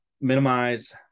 Minimize